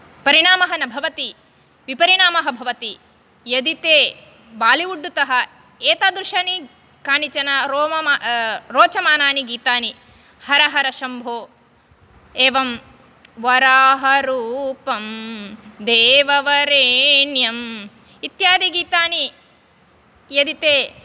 परिणामः न भवति विपरिणामः भवति यदि ते बोलिवुड् तः एतादृशानि कानिचन रोममान रोचमानानि गीतानि हर हर शम्भो एवं वराहरूपं देववरेण्यं इत्यादि गीतानि यदि ते